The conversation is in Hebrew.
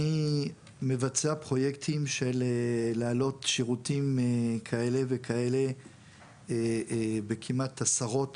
אני מבצע פרויקטים של להעלות שירותים כאלה וכאלה בכמעט עשרות